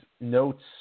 notes